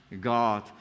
God